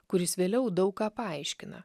kuris vėliau daug ką paaiškina